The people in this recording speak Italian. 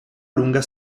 lunga